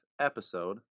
episode